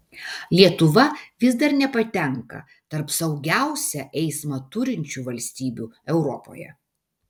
lietuva vis dar nepatenka tarp saugiausią eismą turinčių valstybių europoje